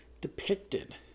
depicted